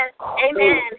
Amen